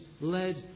led